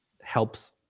helps